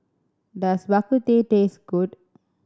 does Bak Kut Teh taste good